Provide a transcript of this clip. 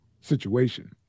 situation